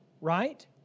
right